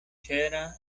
cera